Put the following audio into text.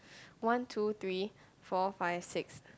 one two three four five six